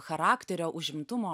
charakterio užimtumo